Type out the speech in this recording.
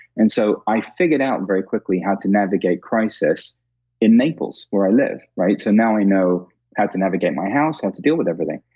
and so, i figured out very quickly how to navigate crisis in naples where i live right? so, now i know how to navigate my house, how to deal with everything.